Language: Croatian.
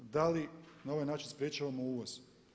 Da li na ovaj način sprečavamo uvoz?